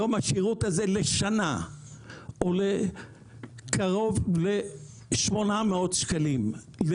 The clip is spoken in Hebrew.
היום השירות הזה עולה קרוב ל-800 שקלים לשנה